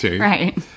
Right